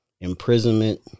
imprisonment